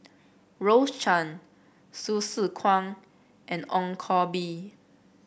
Rose Chan Hsu Tse Kwang and Ong Koh Bee